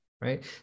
right